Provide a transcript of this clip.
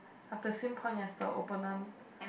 I've the same point as the opponent